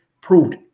proved